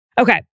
Okay